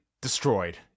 destroyed